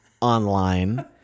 online